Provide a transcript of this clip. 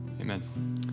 Amen